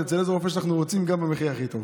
אני מאמין שאתה לא רוצה לכפות עליי לאכול רבנות.